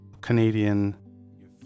Canadian